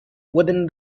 within